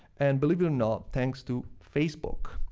and believe it or not, thanks to facebook.